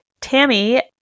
Tammy